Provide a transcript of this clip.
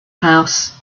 house